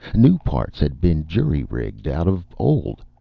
new parts had been jury rigged out of old.